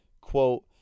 quote